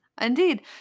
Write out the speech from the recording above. Indeed